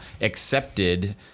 accepted